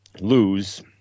lose